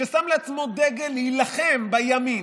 ששם לעצמו דגל להילחם בימין?